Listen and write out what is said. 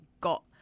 got